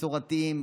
מסורתיים,